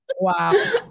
Wow